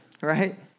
right